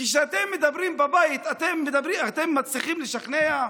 כשאתם מדברים בבית אתם מצליחים לשכנע?